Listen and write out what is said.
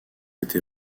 été